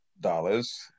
dollars